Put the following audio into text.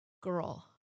Girl